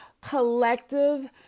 collective